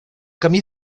camí